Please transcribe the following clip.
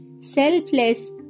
selfless